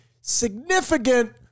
significant